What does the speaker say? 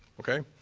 okay?